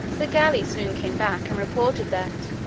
the galley soon came back and reported that,